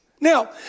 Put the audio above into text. Now